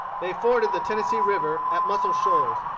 they forded the tennessee river at muscle shoals,